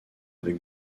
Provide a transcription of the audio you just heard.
avec